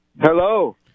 Hello